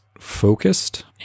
focused